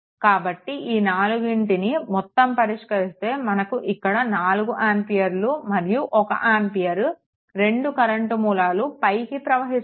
కాబట్టి ఈ నాలుగింటిని మనం పరిష్కరిస్తే మనకు ఇక్కడ 4 ఆంపియర్లు మరియు 1 ఆంపియర్ రెండు కరెంట్ మూలాలు పైకి ప్రవహిస్తున్నాయి